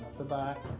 the back,